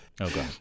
Okay